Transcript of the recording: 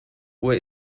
uhr